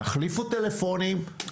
תחליפו טלפונים,